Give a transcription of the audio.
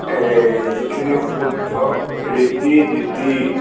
এই যিখিনি শুদ্ধ ৰীতি নীতি